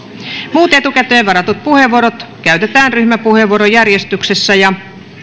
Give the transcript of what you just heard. muut etukäteen varatut puheenvuorot käytetään ryhmäpuheenvuorojärjestyksessä ja